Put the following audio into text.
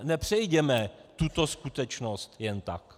Nepřehlédněme tuto skutečnost jen tak.